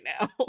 now